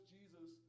Jesus